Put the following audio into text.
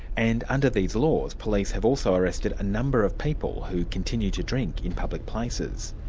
and under these laws police have also arrested a number of people who continue to drink in public places.